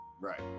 right